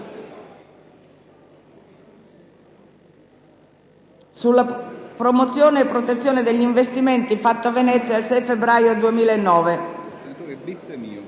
sulla promozione e protezione degli investimenti, fatto a Venezia il 6 febbraio 2009. Art. 2.